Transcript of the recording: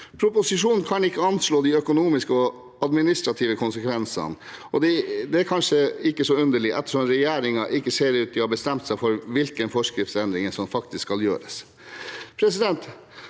Proposisjonen kan ikke anslå de økonomiske og administrative konsekvensene. Det er kanskje ikke så underlig ettersom regjeringen ikke ser ut til å ha bestemt seg for hvilke forskriftsendringer som faktisk skal gjøres.